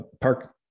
Park